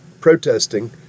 protesting